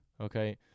okay